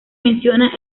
menciona